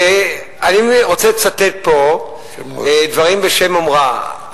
אני רוצה לצטט פה דברים בשם אומרם.